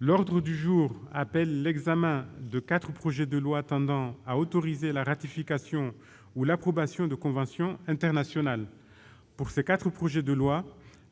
L'ordre du jour appelle l'examen de quatre projets de loi tendant à autoriser la ratification ou l'approbation de conventions internationales. Pour ces quatre projets de loi,